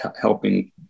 helping